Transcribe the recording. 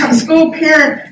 school-parent